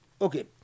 Okay